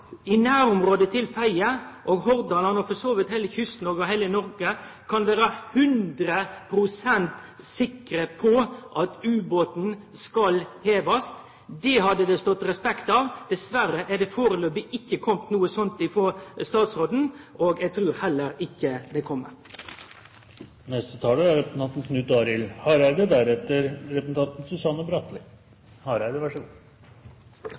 i nærområda til Fedje og Hordaland – og for så vidt langs heile kysten i Noreg – kan vere 100 pst. sikre på at ubåten skal hevast. Det hadde det stått respekt av. Dessverre har det førebels ikkje kome noko slikt frå statsråden, og eg trur heller ikkje at det kjem. Eg tek ordet for å kunne gi fred i sjela til representanten